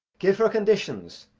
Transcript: give her conditions,